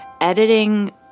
editing